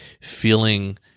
feeling